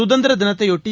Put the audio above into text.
கதந்திர தினத்தைபொட்டி